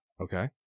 okay